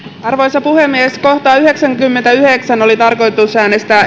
arvoisa puhemies kohtaan yhdeksänkymmentäyhdeksän oli tarkoitus